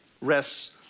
rests